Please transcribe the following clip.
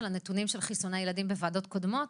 הנתונים של חיסוני ילדים בוועדות קודמות,